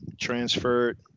transferred